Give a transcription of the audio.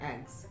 eggs